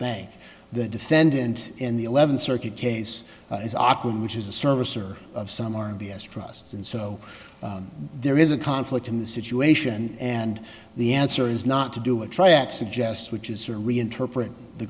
bank the defendant in the eleventh circuit case is awkward which is a service or of some r b s trusts and so there is a conflict in the situation and the answer is not to do a track suggest which is sort of reinterpret the